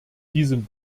diesem